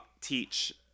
teach